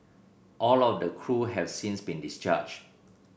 all of the crew have since been discharged